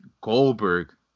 goldberg